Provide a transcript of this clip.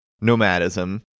nomadism